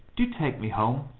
do take me home.